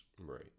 right